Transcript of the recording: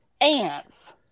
ants